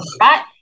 Right